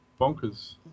bonkers